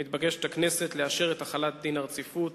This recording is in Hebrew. מתבקשת הכנסת לאשר את החלת דין הרציפות